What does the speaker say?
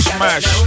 Smash